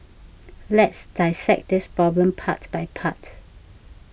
let's dissect this problem part by part